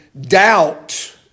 doubt